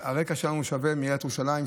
הרקע שלנו שווה מעיריית ירושלים,